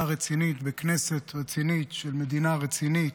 רצינית בכנסת רצינית של מדינה רצינית,